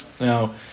Now